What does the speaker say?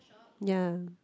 ya